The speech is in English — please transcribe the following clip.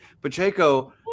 Pacheco